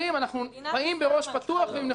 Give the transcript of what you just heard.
אנחנו באים עם ראש פתוח ונכונות,